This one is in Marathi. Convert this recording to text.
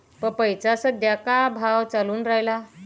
पपईचा सद्या का भाव चालून रायला?